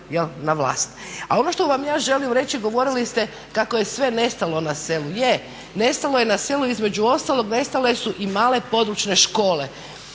na vlast. A ono što vam ja želim reći govorili ste kako je sve nestalo na selu, je, nestalo je na selu između ostalog nestale su i male područne škole